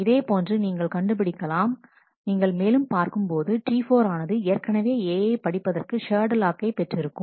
இதே போன்று நீங்கள் கண்டு கண்டுபிடிக்கலாம் நீங்கள் மேலும் பார்க்கும் போது T4 ஆனது ஏற்கனவே A யை படிப்பதற்கு ஷேர்டு லாக்கை பெற்றிருக்கும்